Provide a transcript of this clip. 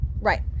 Right